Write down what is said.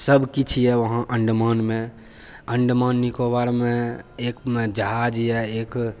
सभ किछु यऽ उहाँ अण्डमानमे अण्डमान निकोबारमे एकमे यऽ जहाज यऽ एक